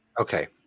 Okay